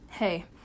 Hey